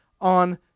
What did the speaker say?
on